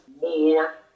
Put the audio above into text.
more